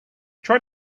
try